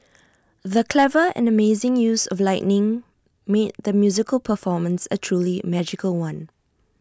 the clever and amazing use of lighting made the musical performance A truly magical one